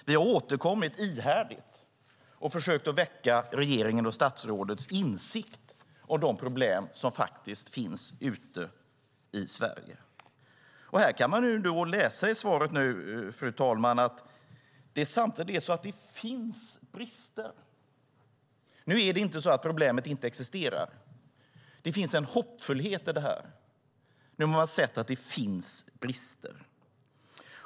Vi har återkommit ihärdigt och försökt väcka regeringens och statsrådets insikt om de problem som faktiskt finns ute i Sverige. Och här kan man nu läsa i svaret, fru talman, att det samtidigt är så "att det finns brister". Nu är det inte så att problemet inte existerar. Det finns en hoppfullhet i detta att man har sett att det finns brister.